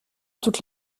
toute